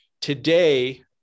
Today